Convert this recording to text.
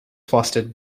fostered